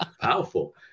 powerful